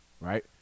right